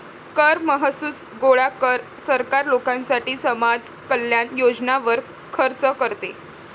कर महसूल गोळा कर, सरकार लोकांसाठी समाज कल्याण योजनांवर खर्च करते